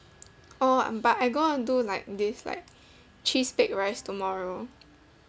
oh but I'm going to do like this like cheese baked rice tomorrow